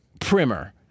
primer